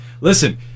Listen